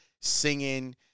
singing